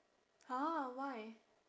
!huh! why